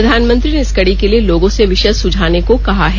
प्रधानमंत्री ने इस कड़ी के लिए लोगों से विषय सुझाने को कहा है